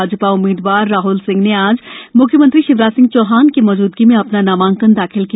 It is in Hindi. भाजपा उम्मीदवार राहल सिंह ने आज मुख्यमंत्री शिवराज सिंह चौहान की मौजूदगी में अपना नामांकन दाखिल किया